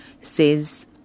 says